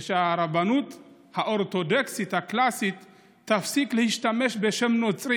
שהרבנות האורתודוקסית הקלאסית תפסיק להשתמש בשם נוצרי,